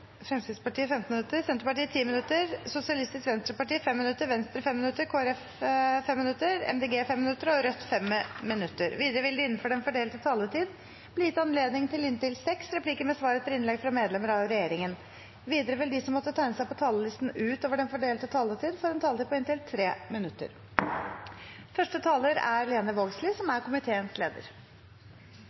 Fremskrittspartiet 15 minutter, Senterpartiet 10 minutter, Sosialistisk Venstreparti 5 minutter, Venstre 5 minutter, Kristelig Folkeparti 5 minutter, Miljøpartiet De Grønne 5 minutter og Rødt 5 minutter. Videre vil det – innenfor den fordelte taletid – bli gitt anledning til inntil seks replikker med svar etter innlegg fra medlemmer av regjeringen. Videre vil de som måtte tegne seg på talerlisten utover den fordelte taletid, få en taletid på inntil 3 minutter.